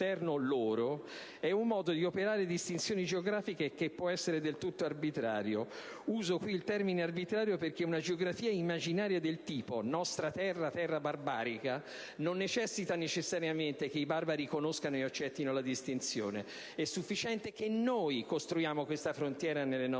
è un modo di operare distinzioni geografiche che può essere del tutto arbitrario. Uso qui il termine arbitrario perché una geografia immaginaria del tipo "nostra terra\terra barbarica" non necessita necessariamente che i barbari conoscano e accettino la distinzione; è sufficiente che noi costruiamo questa frontiera nelle nostre menti: